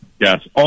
Yes